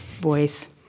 voice